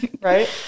Right